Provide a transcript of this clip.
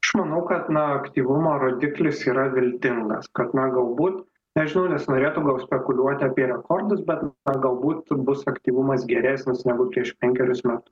aš manau kad na aktyvumo rodiklis yra viltingas kad na galbūt nežinau nesinorėtų daug spekuliuoti apie rekordus bet na galbūt bus aktyvumas geresnis negu prieš penkerius met